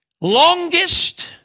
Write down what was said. Longest